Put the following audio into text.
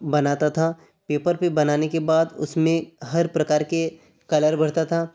बनाता था पेपर पर बनाने के बाद उसमें हर प्रकार के कलर भरता था